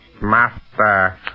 Master